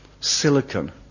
silicon